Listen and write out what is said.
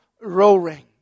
roaring